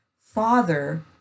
Father